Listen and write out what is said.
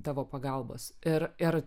tavo pagalbos ir ir